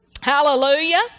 Hallelujah